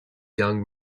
young